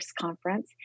conference